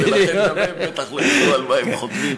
ולכן גם הם בטח לא ידעו על מה הם חותמים.